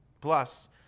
plus